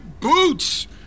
boots